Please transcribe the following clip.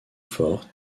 forte